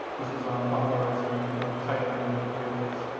this is an authorizing title and of the vehicles.